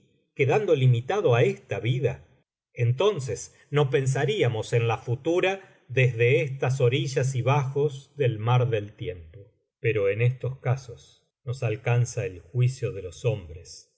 quedando limitado á esta vida entonces no pensaríamos en la futura desde estas orillas y bajos del mar del tiempo pero en estos casos nos alcanza el juicio de los hombres